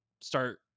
start